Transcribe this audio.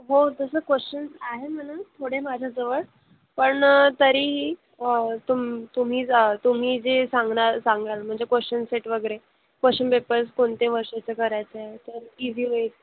हो तसं क्वेशन्स आहे म्हणा थोडे माझ्याजवळ पण तरीही तुम तुम्हीच तुम्ही जे सांगणार सांगाल म्हणजे क्वेशन सेट वगैरे क्वेशन पेपर्स कोणते वर्षाचे करायचे तर इझी होईल